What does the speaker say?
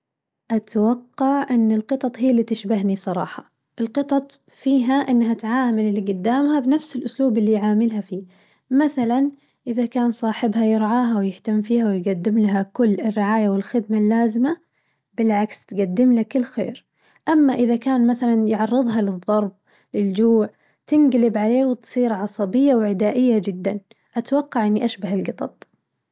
أتوقع إنه القطط هي اللي تشبهني صراحة، القطط فيها إنها تعامل اللي قدامها بنفس الأسلوب اللي يعاملها فيه، مثلاً إذا كان صاحبها يرعاها ويهتم فيها ويقدم لها كل الرعاية والخدمة اللازمة بالعكس تقدمله كل خير، أما إذا كان مثلاً يعرظها للظرب للجوع تنقلب عليه وتصير عصبية وعدائية جداً، أتوقع إني أشبه القطط.